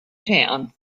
town